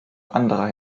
anderer